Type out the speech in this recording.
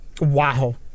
Wow